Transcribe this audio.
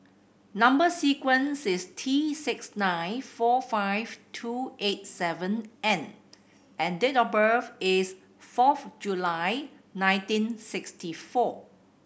number sequence is T six nine four five two eight seven N and date of birth is fourth July nineteen sixty four